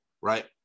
right